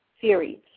series